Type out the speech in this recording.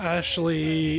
Ashley